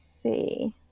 see